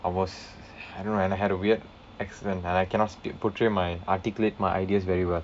I was I don't know and I had a weird accent and I cannot speak portray my articulate my ideas very well